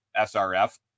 SRF